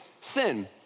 sin